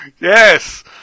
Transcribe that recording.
Yes